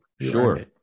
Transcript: Sure